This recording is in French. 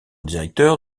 directeur